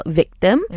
victim